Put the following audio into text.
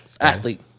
athlete